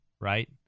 Right